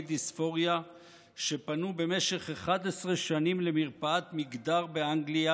דיספוריה שפנו במשך 11 שנים למרפאת מגדר באנגליה,